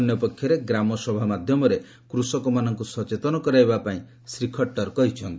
ଅନ୍ୟପକ୍ଷରେ ଗ୍ରାମସଭା ମାଧ୍ୟମରେ କୃଷକମାନଙ୍କୁ ସଚେତନ କରାଇବା ପାଇଁ ଶ୍ରୀ ଖଟ୍ଟର କହିଚ୍ଛନ୍ତି